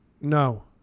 No